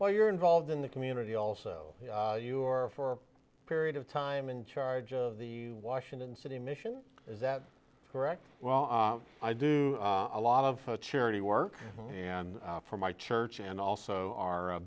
well you're involved in the community also you are for a period of time in charge of the washington city mission is that correct well i do a lot of charity work and for my church and also